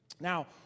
Now